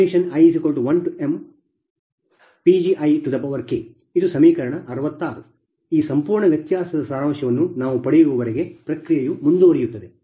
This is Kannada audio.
ಈ ಸಂಪೂರ್ಣ ವ್ಯತ್ಯಾಸದ ಸಾರಾಂಶವನ್ನು ನಾವು ಪಡೆಯುವವರೆಗೆ ಈ ಪ್ರಕ್ರಿಯೆಯು ಮುಂದುವರಿಯುತ್ತದೆ